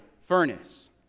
furnace